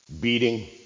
Beating